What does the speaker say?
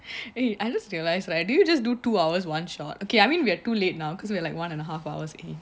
eh I just realise right do you just do two hours one shot okay I mean we are too late now cause we were like one and a half hours okay